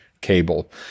cable